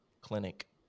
clinic